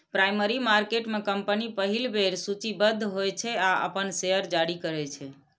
primary market में company पहिल बेर सूचीबद्ध होइ छै आ अपन शेयर जारी करै छै